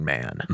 Man